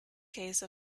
case